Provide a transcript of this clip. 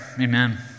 Amen